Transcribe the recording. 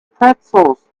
pretzels